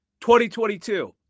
2022